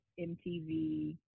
MTV